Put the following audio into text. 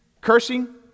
cursing